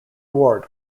ward